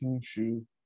shoe